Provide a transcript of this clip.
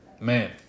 man